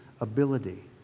ability